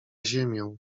ziemię